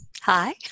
Hi